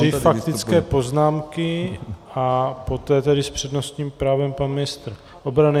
tři faktické poznámky a poté tedy s přednostním právem pan ministr obrany.